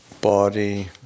body